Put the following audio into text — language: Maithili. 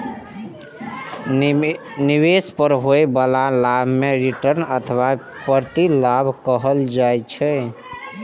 निवेश पर होइ बला लाभ कें रिटर्न अथवा प्रतिलाभ कहल जाइ छै